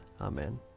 Amen